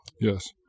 Yes